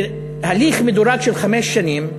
זה הליך מדורג של חמש שנים,